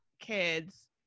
kids